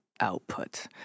output